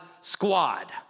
Squad